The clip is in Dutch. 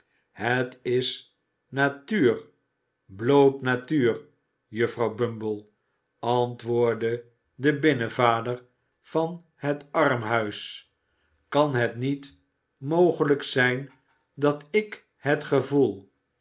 het is natuur bloot natuur juffrouw bumble antwoordde de binnenvader van het armhuis kan het niet mogelijk zijn dat ik het gevoel